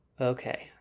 Okay